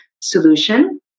solution